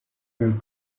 del